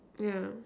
yeah